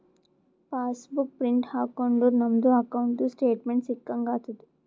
pass book print ಹಾಕೊಂಡುರ್ ನಮ್ದು ಅಕೌಂಟ್ದು ಸ್ಟೇಟ್ಮೆಂಟ್ ಸಿಕ್ಕಂಗ್ ಆತುದ್